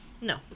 No